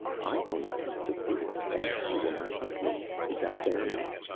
i will not eat the vua and you will not hunt me. is that fair enough?